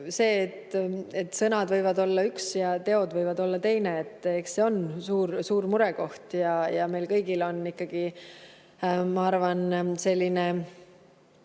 see, et sõnad võivad olla üks ja teod võivad olla teine. Eks see on suur murekoht ja meil kõigil on ikkagi, ma arvan, selline